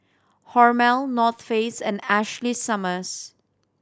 Hormel North Face and Ashley Summers